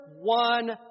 one